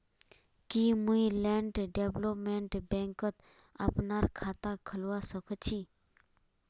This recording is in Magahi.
की मुई लैंड डेवलपमेंट बैंकत अपनार खाता खोलवा स ख छी?